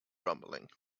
rumbling